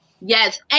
Yes